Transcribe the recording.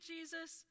Jesus